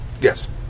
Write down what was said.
Yes